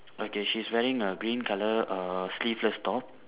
okay she is wearing a green color err sleeveless top